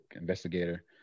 investigator